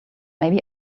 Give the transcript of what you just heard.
maybe